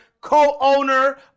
co-owner